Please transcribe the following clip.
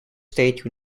state